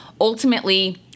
ultimately